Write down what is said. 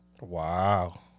Wow